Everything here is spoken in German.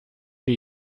die